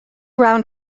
round